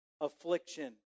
Affliction